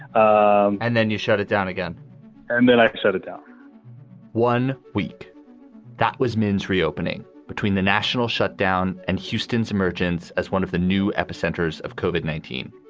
um and then you shut it down again and then ah set it down one week that was means reopening between the national shut down and houston's emergence as one of the new epicenters of koven nineteen.